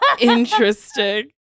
Interesting